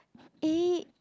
A